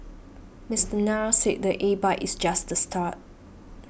Mister Nair said the A bike is just the start